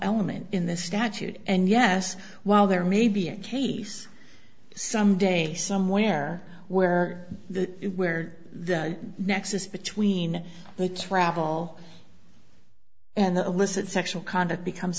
element in this statute and yes while there may be a case someday somewhere where the where the nexus between the travel and the illicit sexual conduct becomes